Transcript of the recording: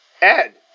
Ed